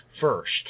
first